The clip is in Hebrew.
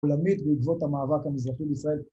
עולמית בעקבות המאבק המזרחי בישראל